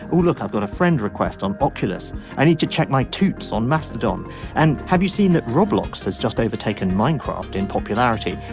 oh look i've got a friend request on populace i need to check my toots on mastodon and have you seen that roadblocks has just overtaken minecraft in popularity.